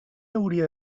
hauria